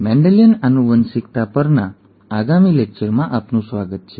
Mendelian આનુવંશિકતા પરના આગામી લેક્ચરમાં આપનું સ્વાગત છે